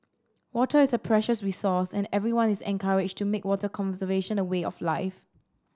water is a precious resource and everyone is encouraged to make water conservation a way of life